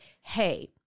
hey